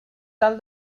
tal